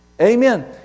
Amen